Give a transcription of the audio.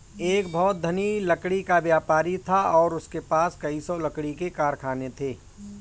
एक बहुत धनी लकड़ी का व्यापारी था और उसके पास कई सौ लकड़ी के कारखाने थे